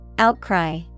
Outcry